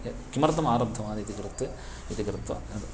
य किमर्थम् आरब्धवान् इति कृत् इति कृत्वा